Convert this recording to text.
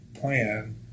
plan